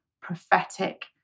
prophetic